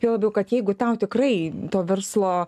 juo labiau kad jeigu tau tikrai to verslo